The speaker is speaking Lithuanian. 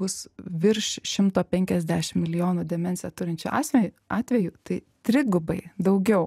bus virš šimto penkiasdešim milijonų demenciją turinčių atvejų atvejų tai trigubai daugiau